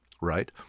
right